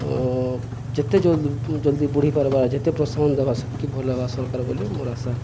ଯେତେ ଜଲଦି ଜଲ୍ଦି ବଢ଼ି ପାରବାର ଯେତେ ପ୍ରୋତ୍ସାହନ ଦବା ସେତ୍କି ଭଲ ହେବା ସରକାର ବୋଲି ମୋର ଆଶା